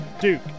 Duke